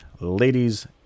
ladies